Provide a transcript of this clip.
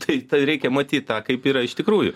tai reikia matyt kaip yra iš tikrųjų